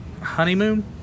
Honeymoon